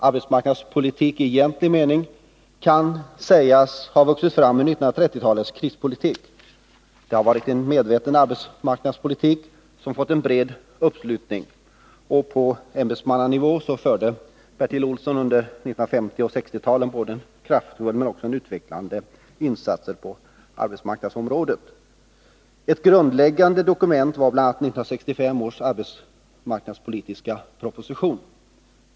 Arbetsmarknadspolitik i egentlig mening kan sägas ha vuxit fram i 1930-talets krispolitik. Det har varit en medveten arbetsmarknadspolitik som fått en bred uppslutning. På ämbetsmannanivå gjorde Bertil Olsson under 1950 och 1960-talen både kraftfulla och utvecklande insatser på arbetsmarknadsområdet. Ett av de grundläggande dokumenten var 1965 års arbetsmarknadspolitiska proposition.